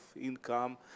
income